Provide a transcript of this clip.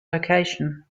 location